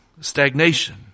stagnation